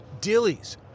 Dillies